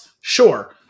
Sure